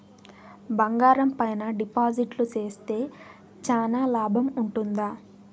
బంగారం పైన డిపాజిట్లు సేస్తే చానా లాభం ఉంటుందా?